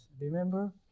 Remember